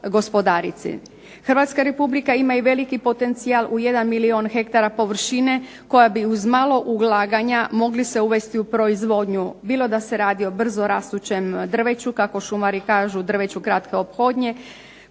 Hrvatska Republika ima veliki potencija u 1 milijun hektara površine koja bi uz malo ulaganja mogli se uvesti o proizvodnju, bilo da se radi o brzorastućem drveću kako šumari kažu, drveću kratke ophodnje,